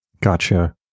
Gotcha